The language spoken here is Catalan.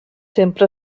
sempre